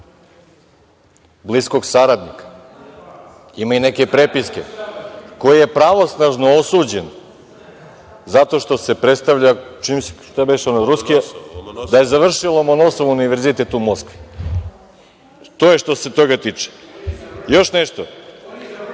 bliskog saradnika, ima i neke prepiske, koji je pravosnažno osuđen zato što se predstavlja, šta beše ono, da je završio Lomonosov univerzitet u Moskvi. To je što se toga tiče. Još nešto,